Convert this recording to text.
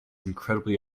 incredibly